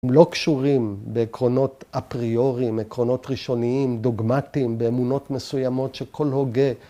‫הם לא קשורים בעקרונות אפריורים, ‫עקרונות ראשוניים, דוגמטיים, ‫באמונות מסוימות שכל הוגה.